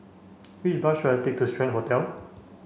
which bus should I take to Strand Hotel